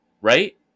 right